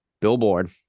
Billboard